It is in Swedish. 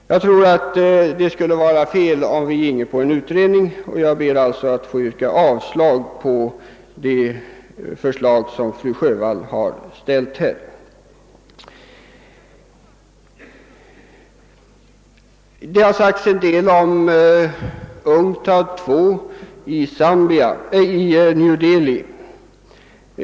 Jag tror att det skulle vara felaktigt att gå med på en utredning, och jag ber alltså att få yrka avslag på det förslag som fru Sjövall har ställt. Det har sagts en hel del om UNCTAD II i New Delhi.